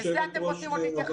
לזה אתם רוצים עוד להתייחס?